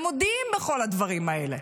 הם מודים בכל הדברים האלה,